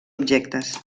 objectes